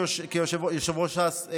יושב-ראש ש"ס,